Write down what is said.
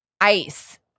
ice